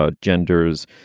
ah genders.